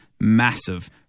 massive